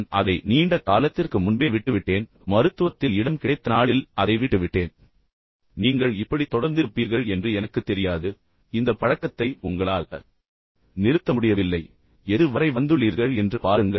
நான் அதை நீண்ட காலத்திற்கு முன்பே விட்டு விட்டேன் எனக்கு ஒரு மருத்துவத்தில் இடம் கிடைத்த நாள் நான் அதை விட்டுவிட்டேன் நீங்கள் இப்படித் தொடர்ந்திருப்பீர்கள் என்று எனக்குத் தெரியாது நீங்கள் ஒரு சங்கிலி புகைப்பிடிப்பவராக மாறியது போல் தெரிகிறது பின்னர் இந்த பழக்கத்தை உங்களால் நிறுத்த முடியவில்லை நீங்கள் வரை வந்துள்ளீர்கள் என்று பாருங்கள்